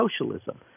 socialism